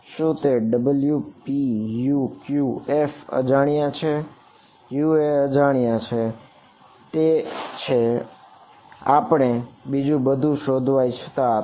શું તે W p U q f અજાણ્યા છે U એ અજાણ્યા છે તે એ છે જે આપણે બીજું બધું શોધવા ઇચ્છતા હતા